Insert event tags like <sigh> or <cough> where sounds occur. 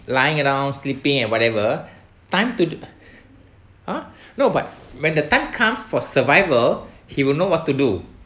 lying around sleeping and whatever time to <breath> ha no but when the time comes for survival he will know what to do